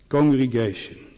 Congregation